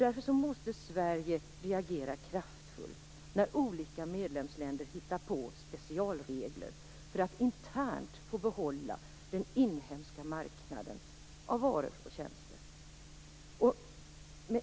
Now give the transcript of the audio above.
Därför måste Sverige reagera kraftfullt när olika medlemsländer hittar på specialregler för att internt få behålla den inhemska marknaden av varor och tjänster.